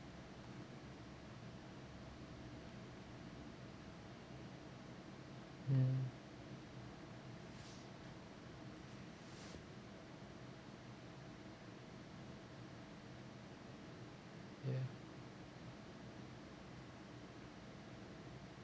mm ya